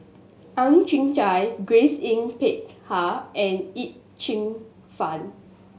Ang Chwee Chai Grace Yin Peck Ha and Yip Cheong Fun